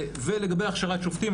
לגבי הכשרת שופטים,